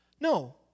No